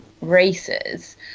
races